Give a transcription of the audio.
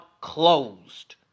closed